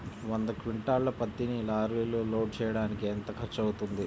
వంద క్వింటాళ్ల పత్తిని లారీలో లోడ్ చేయడానికి ఎంత ఖర్చవుతుంది?